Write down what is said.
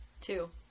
Two